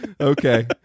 okay